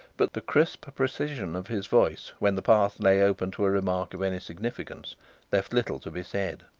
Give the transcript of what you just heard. but the crisp precision of his voice when the path lay open to a remark of any significance left little to be said.